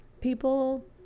people